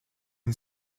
une